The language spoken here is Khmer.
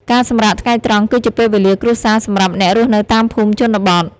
ការសម្រាកថ្ងៃត្រង់គឺជាពេលវេលាគ្រួសារសម្រាប់អ្នករស់នៅតាមភូមិជនបទ។